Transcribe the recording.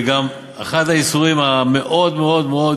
וגם אחד האיסורים המאוד-מאוד-מאוד,